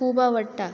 खूब आवडटा